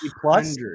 Plus